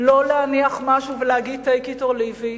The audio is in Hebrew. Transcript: לא להניח משהו ולהגיד: take it or leave it.